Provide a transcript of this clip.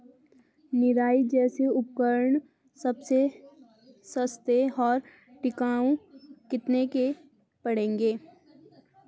निराई जैसे उपकरण सबसे सस्ते और टिकाऊ कितने के पड़ेंगे?